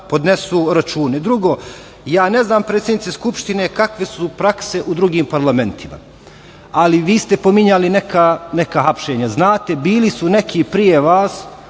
podnesu račune. Drugo, ja ne znam, predsednice Skupštine, kakve su prakse u drugim parlamentima. Ali, vi ste pominjali neka hapšenja. Znate, bili su neki pre vas